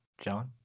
John